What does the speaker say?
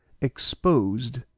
exposed